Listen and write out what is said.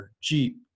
Jeep